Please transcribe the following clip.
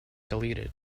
deleted